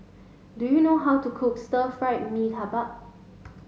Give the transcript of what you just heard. do you know how to cook stir fry Mee Tai Bak